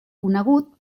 conegut